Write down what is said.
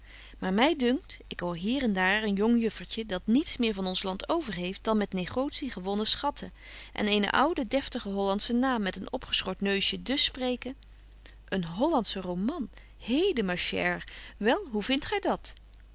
maar my dunkt ik hoor hier en daar een jong juffertje dat niets meer van ons land overheeft dan met negotie gewonnen schatten en eenen ouden deftigen hollandschen naam met een opgeschort neusje dus spreken een hollandsche roman hede ma chere wel hoe vindt gy dat